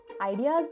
Ideas